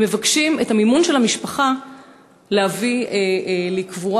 הם מבקשים את מימון המשפחה להביא לקבורה,